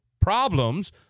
problems